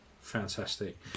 fantastic